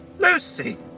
Lucy